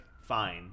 fine